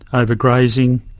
over-grazing,